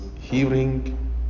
hearing